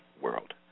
world